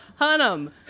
Hunnam